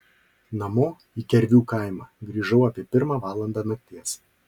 namo į kervių kaimą grįžau apie pirmą valandą nakties